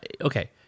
Okay